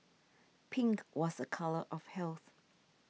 pink was a colour of health